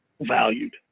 valued